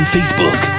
Facebook